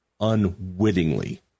unwittingly